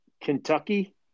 Kentucky